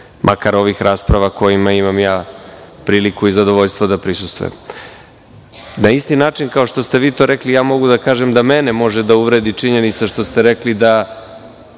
makar ove rasprave kojima ja imam priliku i zadovoljstvo da prisustvujem. Na isti način kao što ste vi to rekli, ja mogu da kažem da mene može da uvredi činjenica što ste rekli da